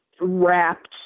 wrapped